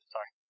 Sorry